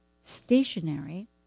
stationary